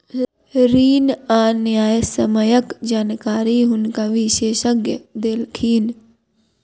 ऋण आ न्यायसम्यक जानकारी हुनका विशेषज्ञ देलखिन